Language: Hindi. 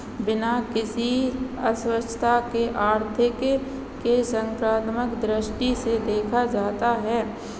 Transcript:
बिना किसी अस्वच्छता के आर्थिक के संक्रात्मक दृष्टि से देखा जाता है